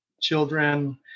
children